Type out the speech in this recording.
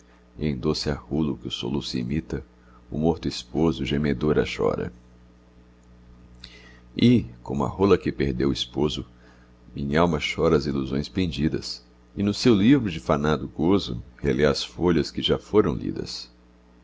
em doce arrulo que o soluço imita o morto esposo gemedora chora e como a rola que perdeu o esposo minhalma chora as ilusões perdidas e no seu livro de fanado gozo relê as folhas que já foram lidas